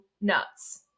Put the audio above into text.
nuts